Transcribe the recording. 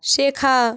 শেখা